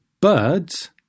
birds